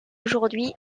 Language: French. aujourd’hui